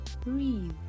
breathe